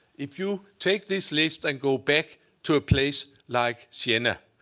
if you take this list and go back to a place like sienna,